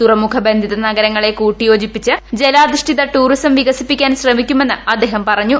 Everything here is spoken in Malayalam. തുറമുഖ ബദ്ധിത നഗരങ്ങളെ കൂട്ടിയോജിപ്പിച്ച് ജലാധിഷ്ടിത ടൂറിസം വികസിപ്പിക്കാൻ ശ്രമിക്കുമെന്ന് അദ്ദേഹം പറഞ്ഞു